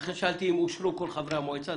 לכן שאלתי אם אושרו כל חברי המועצה.